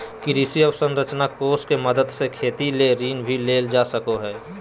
कृषि अवसरंचना कोष के मदद से खेती ले ऋण भी लेल जा सकय हय